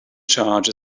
charge